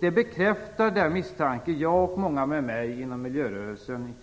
Det bekräftar den misstanke jag och många med mig, inte minst inom miljörörelsen,